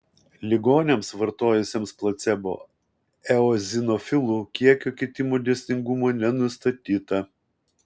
ligoniams vartojusiems placebo eozinofilų kiekio kitimo dėsningumo nenustatyta